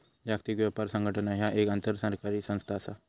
जागतिक व्यापार संघटना ह्या एक आंतरसरकारी संस्था असा